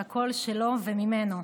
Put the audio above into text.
שהכול שלו וממנו.